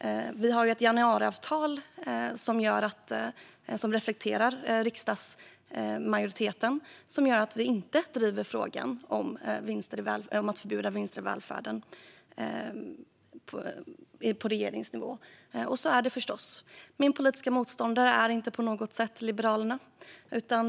Vi har ett januariavtal som reflekterar riksdagsmajoriteten och som gör att vi på regeringsnivå inte driver frågan om att förbjuda vinster i välfärden. Så är det förstås. Min politiska motståndare är inte på något sätt Liberalerna.